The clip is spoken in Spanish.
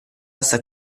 hasta